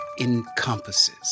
encompasses